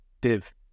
div